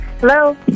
Hello